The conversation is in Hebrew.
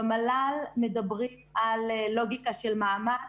במל"ל מדברים על לוגיקה של מאמץ,